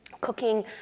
cooking